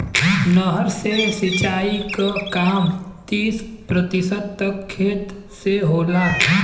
नहर से सिंचाई क काम तीस प्रतिशत तक खेत से होला